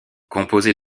composée